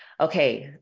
Okay